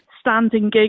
standing